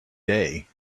day